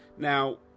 Now